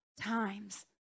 times